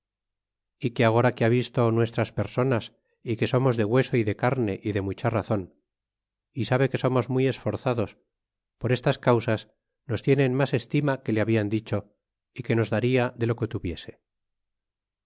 e que agora que ha visto nuestras personas é que somos de hueso y de carne y de mucha razon é sabe que somos muy esforzados por estas causas nos tiene en mas estima que le hablan dicho é que nos daria de lo que tuviese